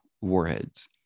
warheads